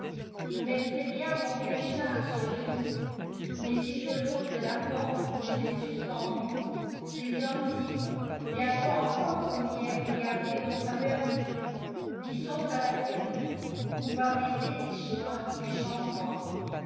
je mettrais bien mon vieux châle sur le lit mais si je l'ôte de la porte où je l'ai suspendu ces hommes ivres viendront encore comme hier regarder au travers des trous qui sont à la serrure ou par les ais disjoints du chambranle